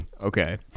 Okay